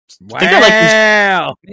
wow